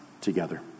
together